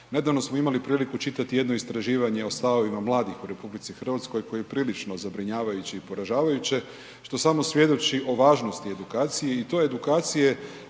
Nedavno smo imali priliku čitati jedno istraživanje o stavovima mladih u RH koje je prilično zabrinjavajuće i poražavajuće što samo svjedoči o važnosti edukacije i to edukacije